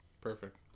Perfect